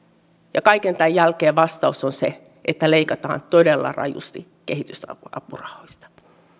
ja kaiken tämän jälkeen vastaus on se että leikataan todella rajusti kehitysapurahoista